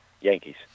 Yankees